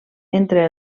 entre